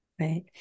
Right